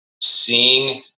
seeing